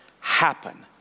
happen